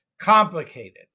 Complicated